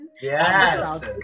yes